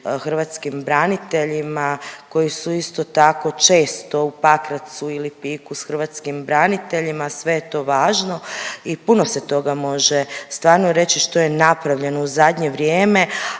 hrvatskim braniteljima koji su isto tako često u Pakracu i Lipiku s hrvatskim braniteljima, sve je to važno i puno se toga može stvarno reći što je napravljeno u zadnje vrijeme,